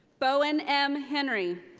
bohen m. henry.